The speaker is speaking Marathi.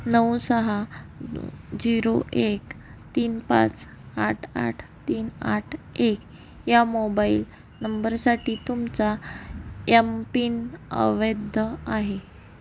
नऊ सहा झिरो एक तीन पाच आठ आठ तीन आठ एक या मोबाईल नंबरसाठी तुमचा एम पिन अवैध आहे